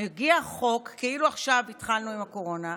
מגיע חוק כאילו עכשיו התחלנו עם הקורונה,